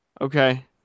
okay